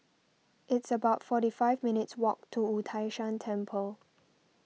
it's about forty five minutes' walk to Wu Tai Shan Temple